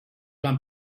van